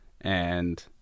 and-